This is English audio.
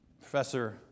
Professor